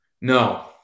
No